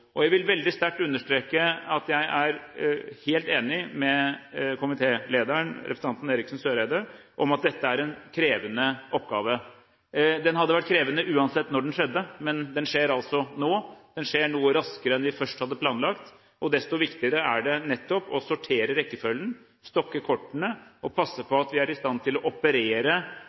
Jeg vil veldig sterkt understreke at jeg er helt enig med komitélederen, representanten Eriksen Søreide, om at dette er en krevende oppgave. Den hadde vært krevende uansett, når det skjedde, men det skjer altså nå. Det skjer noe raskere enn vi først hadde planlagt. Desto viktigere er det nettopp å sortere rekkefølgen, stokke kortene og passe på at vi er i stand til å operere